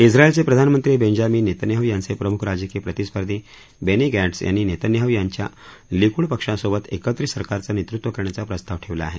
िंगांकांचे प्रधानमंत्री Benjamin Netanyahu यांचे प्रमुख राजकीय प्रतिस्पर्धी बेनी गँड्झ् यांनी नेतन्याहू यांच्या लिकूड पक्षासोबत एकत्रित सरकारचं नेतृत्व करण्याचा प्रस्ताव ठेवला आहे